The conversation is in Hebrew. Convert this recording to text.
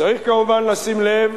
צריך כמובן לשים לב